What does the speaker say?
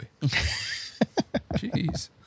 Jeez